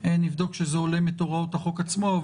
נבדוק שזה הולם את הוראות החוק עצמו.